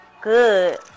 good